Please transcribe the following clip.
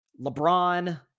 LeBron